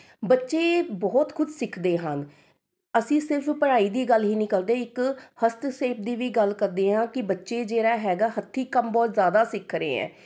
ਬੱਚੇ ਬਹੁਤ ਕੁਝ ਸਿੱਖਦੇ ਹਨ ਅਸੀਂ ਸਿਰਫ਼ ਪੜ੍ਹਾਈ ਦੀ ਗੱਲ ਹੀ ਨਹੀਂ ਕਰਦੇ ਇੱਕ ਹਸਤਸ਼ੇਪ ਦੀ ਵੀ ਗੱਲ ਕਰਦੇ ਹਾਂ ਕਿ ਬੱਚੇ ਜਿਹੜਾ ਹੈਗਾ ਹੱਥੀਂ ਕੰਮ ਬਹੁਤ ਜ਼ਿਆਦਾ ਸਿੱਖ ਰਹੇ ਹੈ